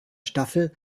staffel